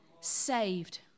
saved